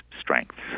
strengths